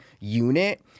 unit